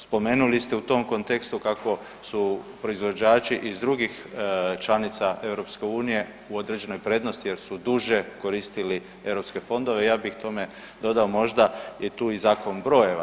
Spomenuli ste u tom kontekstu kako su proizvođači iz drugih članica EU u određenoj prednosti jer su duže koristili europske fondove ja bih tome dodao možda je tu i zakon brojeva.